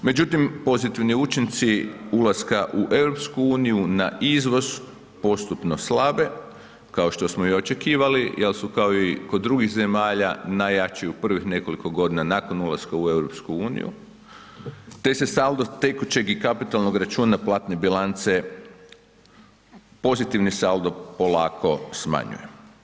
Međutim pozitivni učinci ulaska u EU na izvoz postupno slabe, kao što smo i očekivali jer su kao i kod drugih zemalja najjači u prvih nekoliko godina nakon ulaska u EU te se salto tekućeg i kapitalnog računa platne bilance pozitivni saldo polako smanjuje.